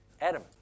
Adam